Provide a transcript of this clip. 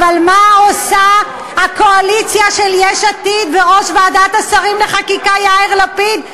אבל מה עושה הקואליציה של יש עתיד וראש ועדת השרים לחקיקה יאיר לפיד?